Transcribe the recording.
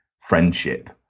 friendship